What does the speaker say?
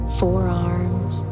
forearms